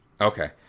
Okay